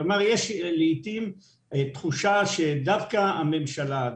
כלומר יש לעיתים תחושה שדווקא הממשלה,